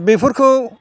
बेफोरखौ